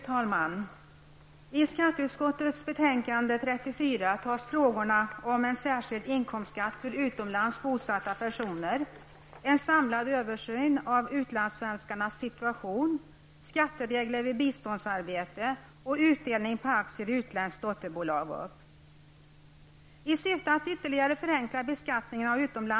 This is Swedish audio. Fru talman! I skatteutskottets betänkande 34 tas frågorna om en särskild inkomstskatt för utomlands bosatta personer, en samlad översyn av utlandssvenskarnas situation, skatteregler vid biståndsarbete och utdelning på aktier i utländskt dotterbolag upp.